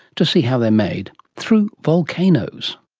to see how they're made through volcanoes.